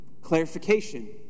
clarification